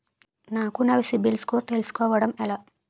నాకు నా సిబిల్ స్కోర్ తెలుసుకోవడం ఎలా?